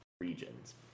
regions